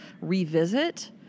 revisit